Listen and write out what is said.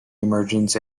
emergence